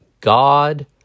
God